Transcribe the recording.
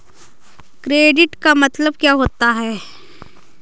Credit का मतलब क्या होता है?